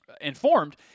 informed